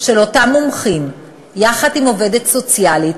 של אותם מומחים, יחד עם עובדת סוציאלית,